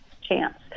chance